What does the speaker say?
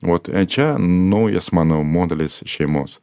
vot čia naujas mano modelis šeimos